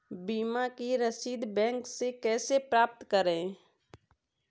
बीमा की रसीद बैंक से कैसे प्राप्त करें?